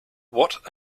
what